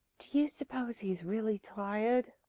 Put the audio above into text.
do you suppose he's really tired?